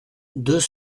deux